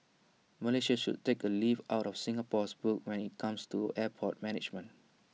Malaysia should take A leaf out of Singapore's book when IT comes to airport management